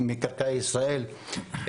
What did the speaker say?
אדמות מקרקעי ישראל,